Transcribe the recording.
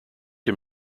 him